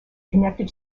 connected